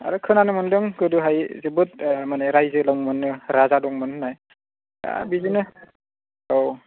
आरो खोनानो मोनदों गोदोहाय जोबोद माने रायजो दं मोनो राजा दंमोन होननाय दा बिदिनो औ